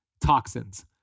toxins